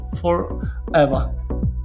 forever